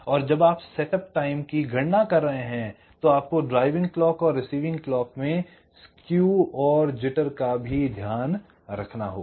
और जब आप सेटअप टाइम की गणना कर रहे हैं तो आपको ड्राइविंग क्लॉक और रिसीविंग क्लॉक में स्केव और जिटर का भी ध्यान रखना होगा